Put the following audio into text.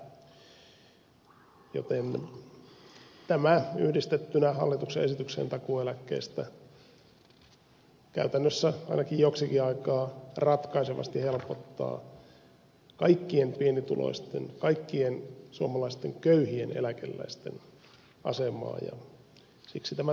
joten tämä yhdistettynä hallituksen esitykseen takuueläkkeestä käytännössä ainakin joksikin aikaa ratkaisevasti helpottaa kaikkien pienituloisten kaikkien suomalaisten köyhien eläkeläisten asemaa ja siksi tämä tarvitaan